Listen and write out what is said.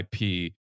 IP